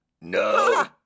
No